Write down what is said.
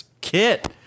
kit